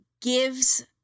gives